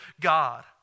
God